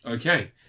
Okay